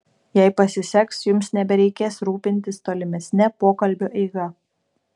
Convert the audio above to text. jei pasiseks jums nebereikės rūpintis tolimesne pokalbio eiga